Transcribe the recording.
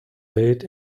welt